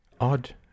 Odd